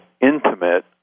intimate